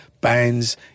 bands